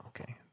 Okay